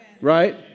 Right